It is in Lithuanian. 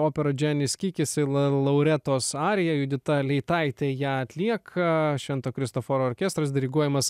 opera džianis kikis l loretos arija judita leitaitė ją atlieka švento kristoforo orkestras diriguojamas